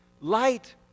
Light